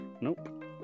Nope